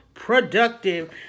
Productive